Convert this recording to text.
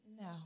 No